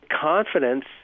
confidence